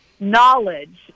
knowledge